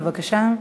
בבקשה.